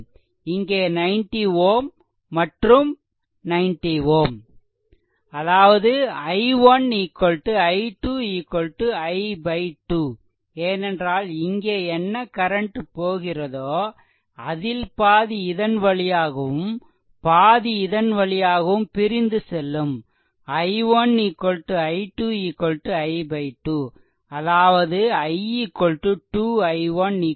அதாவது i1 i2 i 2 ஏனென்றால் இங்கே என்ன கரண்ட் போகிறதோ அதில் பாதி இதன் வழியாகவும் பாதி இதன் வழியாகவும் பிரிந்து செல்லும் i1 i2 i 2 அதாவது i 2 i1 2 i2